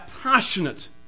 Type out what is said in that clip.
passionate